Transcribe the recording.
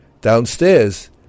downstairs